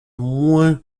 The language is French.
moins